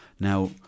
Now